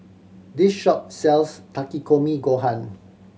this shop sells Takikomi Gohan